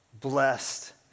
blessed